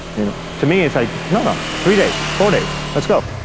and to me it's like, no, no, three days, four days, let's go.